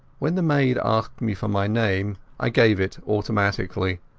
when the maid asked me for my name i gave it automatically,